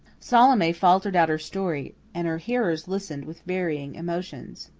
salome faltered out her story, and her hearers listened with varying emotions.